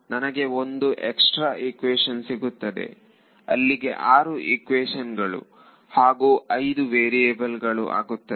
ನನಗೆ ಒಂದು extra equation ಸಿಗುತ್ತದೆ ಅಲ್ಲಿಗೆ ಆರು ಈಕ್ವೇಶನ್ ಗಳು ಹಾಗೂ ಐದು ವೇರಿಯೇಬಲ್ ಗಳು ಆಗುತ್ತದೆ